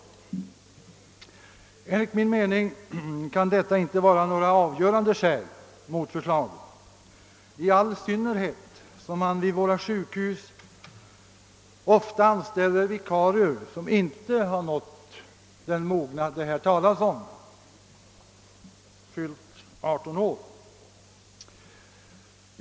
Enligt min mening kan detta inte utgöra några avgörande skäl mot förslaget, i all synnerhet som man vid våra sjukhus ofta anställer vikarier som inte har nått den mognad det här talas om, d.v.s. fyllt 18 år.